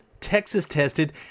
Texas-tested